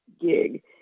gig